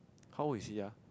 how old is he ah